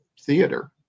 theater